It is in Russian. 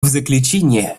заключение